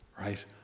right